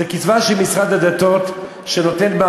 זה קצבה שמשרד הדתות נותן,